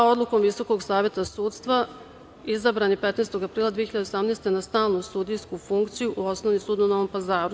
Odlukom Visokog saveta sudstva izabran je 15. aprila 2018. godine na stalnu sudijsku funkciju u Osnovni sud u Novom Pazaru.